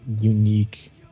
unique